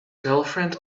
girlfriend